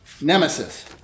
Nemesis